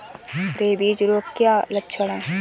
Rabies रोग के क्या लक्षण है?